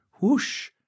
whoosh